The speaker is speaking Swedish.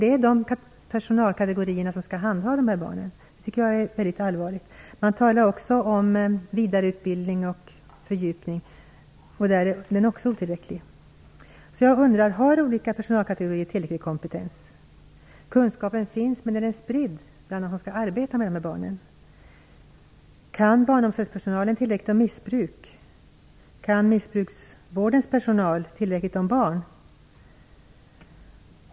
Det är ju dessa personalkategorier som skall handha de här barnen, så jag tycker att detta är väldigt allvarligt. Kommissionen skriver också om vidareutbildningen och om fördjupningen, som också är otillräckliga. Jag undrar om de olika personalkategorierna har tillräcklig kompetens. Kunskapen finns, men är den spridd bland dem som skall arbeta med barnen? Kan barnomsorgspersonalen tillräckligt om missbruk och kan missbrukarvårdens personal tillräckligt om barn?